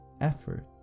effort